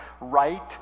right